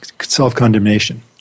self-condemnation